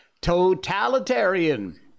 Totalitarian